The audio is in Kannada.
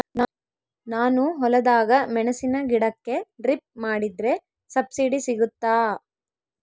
ನಾನು ಹೊಲದಾಗ ಮೆಣಸಿನ ಗಿಡಕ್ಕೆ ಡ್ರಿಪ್ ಮಾಡಿದ್ರೆ ಸಬ್ಸಿಡಿ ಸಿಗುತ್ತಾ?